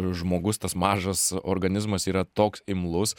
žmogus tas mažas organizmas yra toks imlus